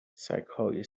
سگهای